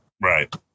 Right